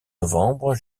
novembre